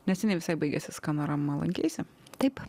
neseniai visai baigėsi skanorama lankeisi taip